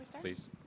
please